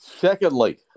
Secondly